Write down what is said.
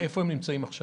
ואיפה הם נמצאים עכשיו?